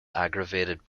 aggravated